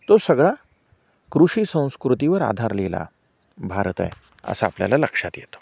तो सगळा कृषी संस्कृतीवर आधारलेला भारत आहे असं आपल्याला लक्षात येतं